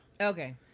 Okay